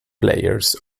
players